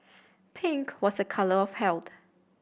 pink was a colour of health